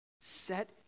Set